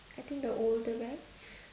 I think the older guy